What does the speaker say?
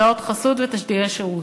הודעות חסות ותשדירי שירות.